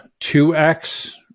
2x